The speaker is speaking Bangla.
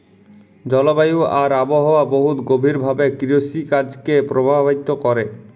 জলবায়ু আর আবহাওয়া বহুত গভীর ভাবে কিরসিকাজকে পরভাবিত ক্যরে